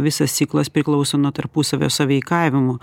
visas ciklas priklauso nuo tarpusavio sąveikavimo